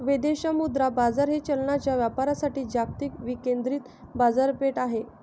विदेशी मुद्रा बाजार हे चलनांच्या व्यापारासाठी जागतिक विकेंद्रित बाजारपेठ आहे